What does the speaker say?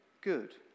good